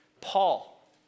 Paul